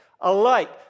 alike